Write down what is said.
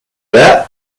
that